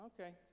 Okay